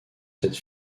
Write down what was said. cette